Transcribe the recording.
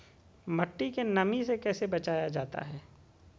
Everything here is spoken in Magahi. मट्टी के नमी से कैसे बचाया जाता हैं?